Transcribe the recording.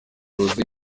rose